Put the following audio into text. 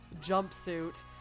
jumpsuit